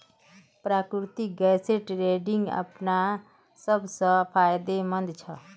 प्राकृतिक गैसेर ट्रेडिंग अखना सब स फायदेमंद छ